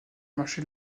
marché